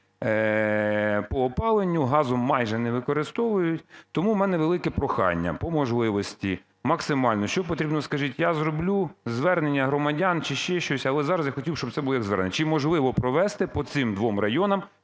по опаленню, газ майже не використовують. Тому у мене велике прохання по можливості максимально, що потрібно, скажіть, я зроблю, звернення громадян чи ще щось, але зараз я б хотів, щоб це було як звернення: чи можливо провести по цим двом районам